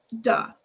duh